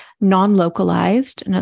non-localized